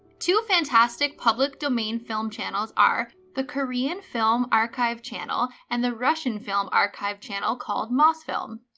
two fantastic public domain film channels are the korean film archive channel and the russian film archive channel called mosfilm.